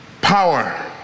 power